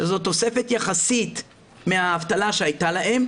שזו תוספת יחסית מהאבטלה שהייתה להם,